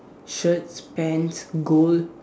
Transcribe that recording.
shirts pants gold